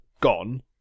gone